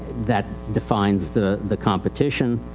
that defines the, the competition.